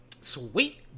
sweet